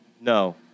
No